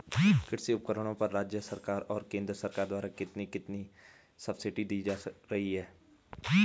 कृषि उपकरणों पर राज्य सरकार और केंद्र सरकार द्वारा कितनी कितनी सब्सिडी दी जा रही है?